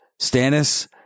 Stannis